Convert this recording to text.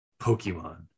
pokemon